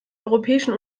europäischen